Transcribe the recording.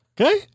Okay